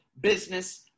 business